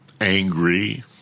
angry